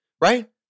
Right